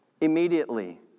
immediately